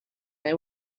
they